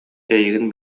эйигин